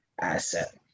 asset